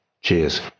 Cheers